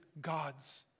God's